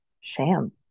sham